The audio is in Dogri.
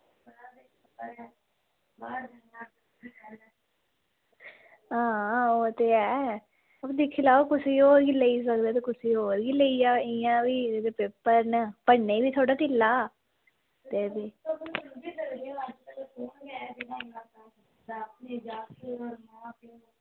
आं ओह् ते ऐ ते होई सकदा कुसै गी होर लेई सकदे ते होर गी लेई जाओ इंया बी एह्दे पेपर न पढ़ने ई बी थोह्ड़ा ढिल्ला